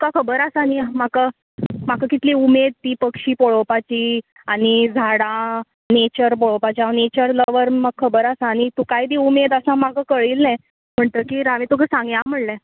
तुका खबर आसा न्ही म्हाका म्हाका कितली उमेद ती पक्षी पळोवपाची आनी झाडां नेचर पळोवपाची हांव नेचर लवर म्हाका खबर आसा आनी तुकांय बी उमेद आसा म्हाका कळिल्लें म्हणटकीर हांवें तुका सांगयां म्हणलें